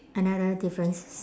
another difference